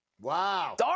Wow